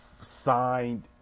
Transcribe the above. signed